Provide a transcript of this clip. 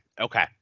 Okay